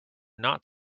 not